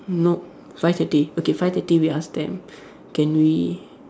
nope five thirty okay five thirty we ask them can we